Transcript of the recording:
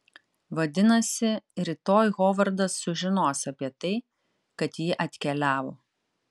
vadinasi rytoj hovardas sužinos apie tai kad ji atkeliavo